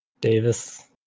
davis